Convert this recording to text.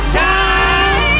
time